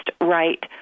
right